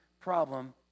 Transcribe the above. problem